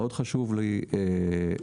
מאוד חשוב לי לחדד,